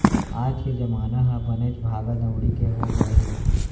आज के जमाना ह बनेच भागा दउड़ी के हो गए हे